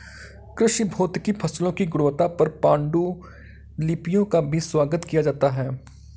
कृषि भौतिकी फसलों की गुणवत्ता पर पाण्डुलिपियों का भी स्वागत किया जाता है